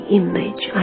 image